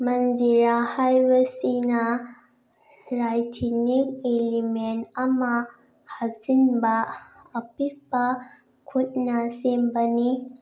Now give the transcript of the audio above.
ꯃꯟꯖꯤꯔꯥ ꯍꯥꯏꯕꯁꯤꯅ rhythmic element ꯑꯃ ꯍꯥꯞꯆꯤꯟꯕ ꯑꯄꯤꯛꯄ ꯈꯨꯠꯅ ꯁꯦꯝꯕꯅꯤ